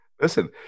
Listen